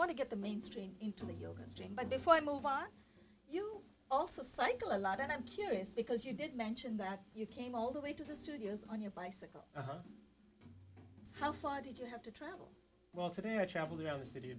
want to get the main stream into the yoga stream but before i move on you also cycle a lot and i'm curious because you did mention that you came all the way to the studios on your bicycle how far did you have to travel well today i travel around the city